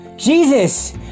Jesus